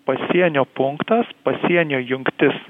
pasienio punktas pasienio jungtis